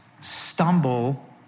stumble